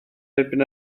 erbyn